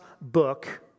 book